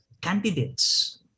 candidates